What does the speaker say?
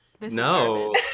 no